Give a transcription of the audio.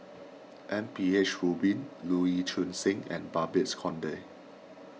M P H Rubin Lee Choon Seng and Babes Conde